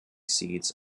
seats